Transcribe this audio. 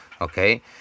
okay